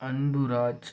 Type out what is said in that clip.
Anburaj